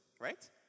Right